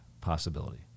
possibility